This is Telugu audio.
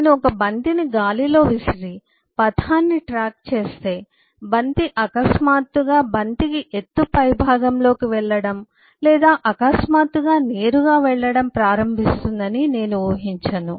నేను ఒక బంతిని గాలిలో విసిరి పథాన్ని ట్రాక్ చేస్తే బంతి అకస్మాత్తుగా బంతికి ఎత్తు పైభాగంలోకి వెళ్లడం లేదా అకస్మాత్తుగా నేరుగా వెళ్లడం ప్రారంభిస్తుందని నేను ఊహించను